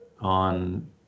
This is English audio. on